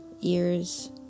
ears